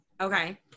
okay